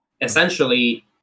essentially